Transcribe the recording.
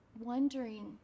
wondering